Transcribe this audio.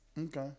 Okay